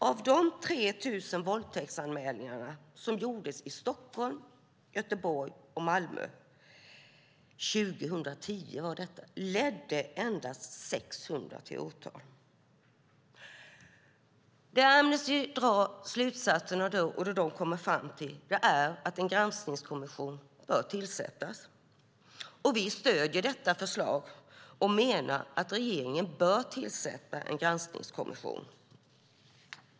Av de 3 000 våldtäktsanmälningar som gjordes i Stockholm, Göteborg och Malmö 2010 ledde endast 600 till åtal. Det Amnesty kommer fram till är att en granskningskommission bör tillsättas, och vi stöder detta förslag och menar att regeringen bör tillsätta en granskningskommission.